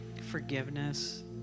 forgiveness